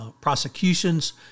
prosecutions